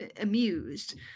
amused